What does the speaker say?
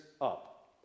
up